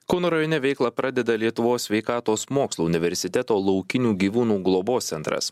kauno rajone veiklą pradeda lietuvos sveikatos mokslų universiteto laukinių gyvūnų globos centras